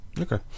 Okay